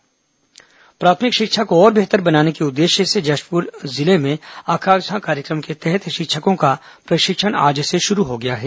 जशप्र अकांक्षा कार्यक्रम प्राथमिक शिक्षा को और बेहतर बनाने के उद्देश्य से जशपुर जिले में आकांक्षा कार्यक्रम के तहत शिक्षकों का प्रशिक्षण आज से शुरू हो गया है